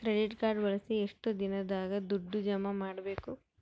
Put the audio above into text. Credit card ಬಳಸಿದ ಎಷ್ಟು ದಿನದಾಗ ದುಡ್ಡು ಜಮಾ ಮಾಡ್ಬೇಕು?